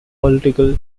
political